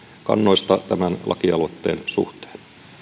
kannoista tämän lakialoitteen suhteen